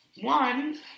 One